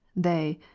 they,